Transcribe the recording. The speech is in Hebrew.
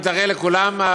ואם תראה לכולם?